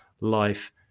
life